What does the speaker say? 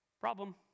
Problem